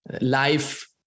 life